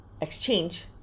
exchange